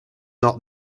not